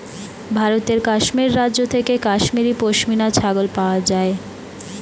ভারতের কাশ্মীর রাজ্য থেকে কাশ্মীরি পশমিনা ছাগল পাওয়া যায়